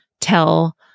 tell